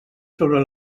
sobre